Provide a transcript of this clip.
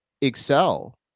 Excel